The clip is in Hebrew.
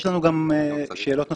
יש לנו גם שאלות נוספות,